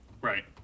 Right